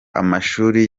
amashuri